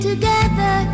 Together